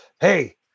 hey